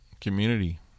community